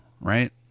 right